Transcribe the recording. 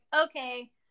okay